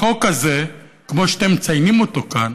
החוק הזה, כמו שאתם מציינים אותו כאן,